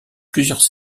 plusieurs